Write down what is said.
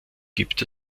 gibt